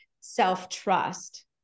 self-trust